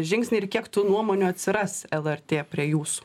žingsniai ir kiek tų nuomonių atsiras lrt prie jūsų